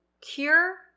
cure